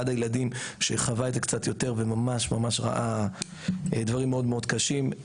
אחד הילדים שחווה את זה קצת יותר וממש ממש ראה דברים מאוד מאוד קשים,